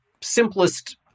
simplest